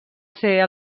ser